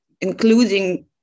including